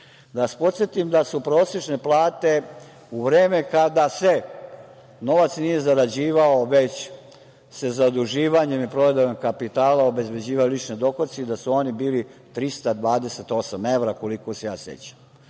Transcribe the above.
vas podsetim da su prosečne plate u vreme kada se novac nije zarađivao, već se zaduživanjem i prodajom kapitala obezbeđivali lični dohoci, da su oni bili 328 evra koliko se ja sećam.